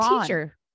teacher